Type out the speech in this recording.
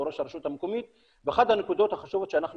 ראש הרשות המקומית ואחת הנקודות החשובות שאנחנו